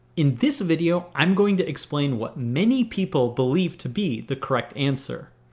in this video i'm going to explain what many people believe to be the correct answer.